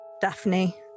Daphne